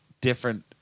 different